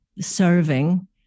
serving